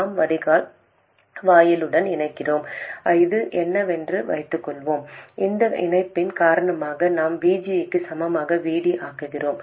நாம் வடிகால் வாயிலுடன் இணைக்கிறோம் என்று வைத்துக்கொள்வோம் இந்த இணைப்பின் காரணமாக நாம் VG க்கு சமமான VD ஆக்குகிறோம்